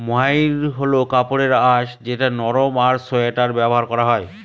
মহাইর হল কাপড়ের আঁশ যেটা নরম আর সোয়াটারে ব্যবহার করা হয়